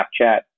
Snapchat